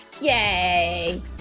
Yay